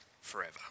forever